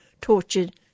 tortured